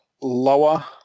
lower